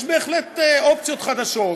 יש בהחלט אופציות חדשות.